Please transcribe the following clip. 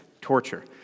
torture